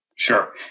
Sure